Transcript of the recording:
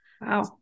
wow